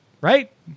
right